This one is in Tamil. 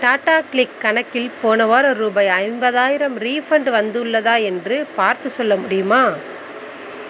டாடா க்ளிக் கணக்கில் போன வாரம் ரூபாய் ஐம்பதாயிரம் ரீஃபண்டு வந்துள்ளதா என்று பார்த்துச் சொல்ல முடியுமா